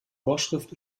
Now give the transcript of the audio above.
vorschrift